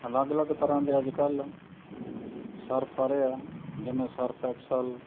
ਅਲੱਗ ਅਲੱਗ ਤਰ੍ਹਾਂ ਦੇ ਅੱਜ ਕੱਲ੍ਹ ਸਰਫ਼ ਆ ਰਹੇ ਆ ਜਿਵੇਂ ਸਰਫ਼ ਐਕਸਲ